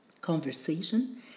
conversation